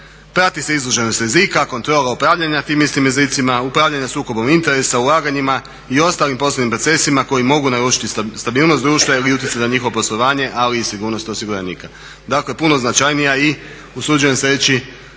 prati se izloženost rizika, kontrola upravljanja tim istim rizicima, upravljanja sukobom interesa, ulaganjima i ostalim poslovnim procesima koji mogu narušiti stabilnost društva ili utjecati na njihovo poslovanje ali i sigurnost osiguranika. Dakle, puno značajnija i usuđujem se reći